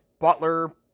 Butler